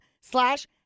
slash